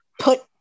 put